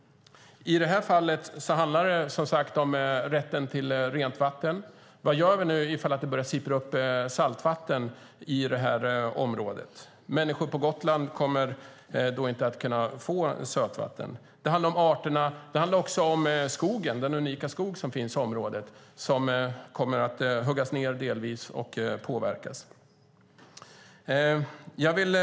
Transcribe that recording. I det här fallet handlar det som sagt om rätten till rent vatten. Vad gör vi om det börjar sippra upp saltvatten i det här området? Människor på Gotland kommer då inte att kunna få sötvatten. Det handlar också om arterna och om den unika skog som finns i området och som kommer att påverkas. Den kommer delvis att huggas ned.